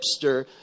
hipster